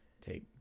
take